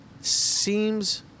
Seems